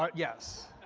ah yes.